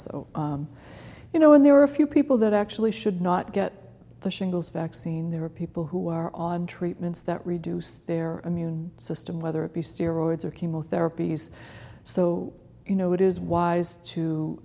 virus you know when there are a few people that actually should not get the shingles vaccine there are people who are on treatments that reduce their immune system whether it be steroids or chemotherapy is so you know it is wise to